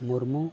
Murmu